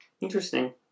Interesting